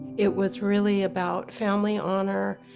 it was really about family honor,